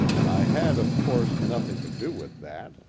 i had, of course, nothing to do with that,